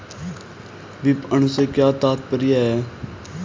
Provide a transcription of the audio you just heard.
विपणन से क्या तात्पर्य है?